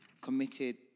committed